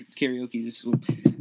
karaoke